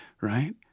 right